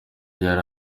yari